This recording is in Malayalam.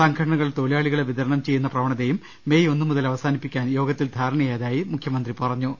സംഘടനകൾ തൊഴിലാളികളെ വിതരണം ചെയ്യുന്ന പ്രവണതയും മേയ് ഒന്ന് മുതൽ അവസാനിപ്പിക്കാൻ യോഗത്തിൽ ധാരണയായതായി മുഖൃമന്ത്രി പറഞ്ഞു